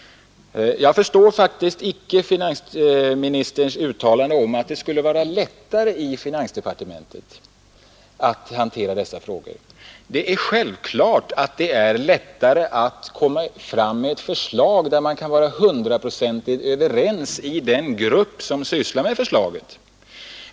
Jag förstår faktiskt icke finansministerns uttalande att det skulle vara lättare att hantera dessa frågor i finansdepartementet. Det är självklart att det är lättare att komma fram med ett förslag där man kan vara hundraprocentigt överens i den grupp som sysslar med förslaget.